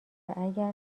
اگر